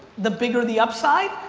the bigger the upside,